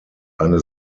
eine